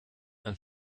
and